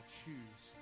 choose